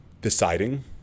deciding